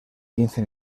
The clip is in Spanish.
quince